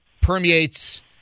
permeates